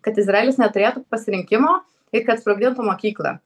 kad izraelis neturėtų pasirinkimo ir kad sprogdintų mokyklą